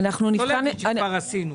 לכל הדיון שכבר עשינו,